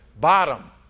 bottom